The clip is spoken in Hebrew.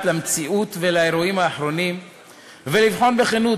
למציאות ולאירועים האחרונים ולבחון בכנות